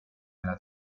nella